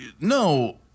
no